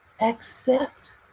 accept